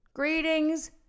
greetings